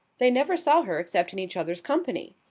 they never saw her except in each other's company.